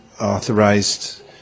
authorized